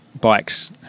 Bikes